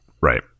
Right